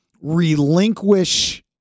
relinquish